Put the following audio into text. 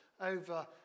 over